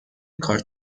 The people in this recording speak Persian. کارت